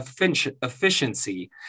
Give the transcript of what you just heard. efficiency